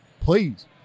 please